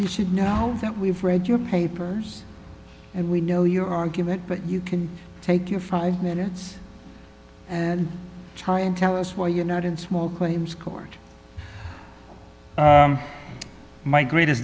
you should know that we've read your papers and we know your argument but you can take your five minutes and try and tell us why you're not in small claims court my greatest